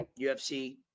ufc